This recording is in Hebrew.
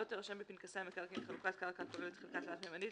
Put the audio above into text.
לא תירשם בפנקסי המקרקעין חלוקת קרקע הכוללת חלקה תלת־ממדית,